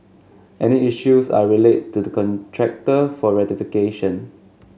any issues are relayed to the contractor for rectification